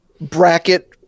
bracket